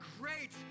great